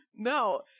No